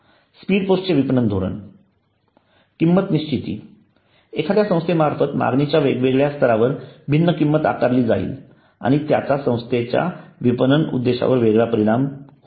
speed post चे विपणन धोरण किंमत निश्चिती एखाघ्या संस्थेमार्फत मागणीच्या वेगवेगळ्या स्तरावर भिन्न किंमत आकारली जाईल आणि त्याचा संस्थेच्या विपणन उद्देशावर वेगळा परिणाम होईल